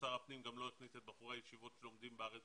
שר הפנים גם לא הכניס את בחורי הישיבות שלומדים בארץ,